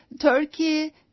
Turkey